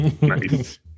Nice